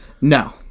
No